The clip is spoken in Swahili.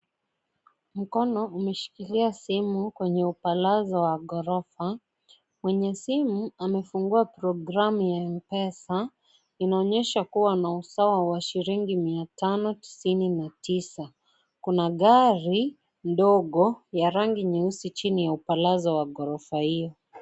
Mkono umeshikilia simu kwenye upalazo wa gorofa. Mwenye simu amefungua programu ya Mpesa inaonyesha kuwa ana usawa wa shilingi mia tano tisini na tisa. Kuna gari ndogo ya rangi nyeusi chini ya upalazo wa gorofa huo.